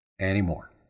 anymore